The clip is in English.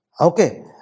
Okay